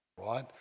Right